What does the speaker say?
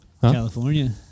California